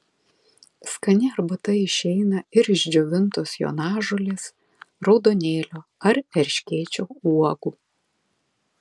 skani arbata išeina ir iš džiovintos jonažolės raudonėlio ar erškėčio uogų